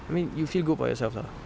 I mean you feel good about yourself lah